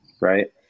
right